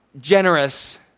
generous